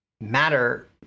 matter